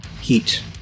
heat